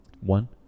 One